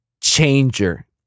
changer